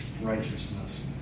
righteousness